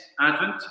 advent